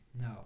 No